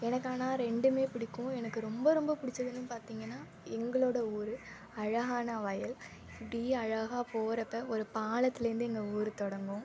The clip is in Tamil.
எனக்கு ஆனால் ரெண்டுமே பிடிக்கும் எனக்கு ரொம்ப ரொம்ப பிடிச்சதுன்னு பார்த்திங்கன்னா எங்களோடய ஒரு அழகான வயல் இப்படி அழகாக போகிறப்ப ஒரு பாலத்துலேருந்து எங்கள் ஊர் தொடங்கும்